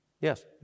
Yes